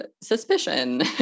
suspicion